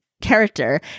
character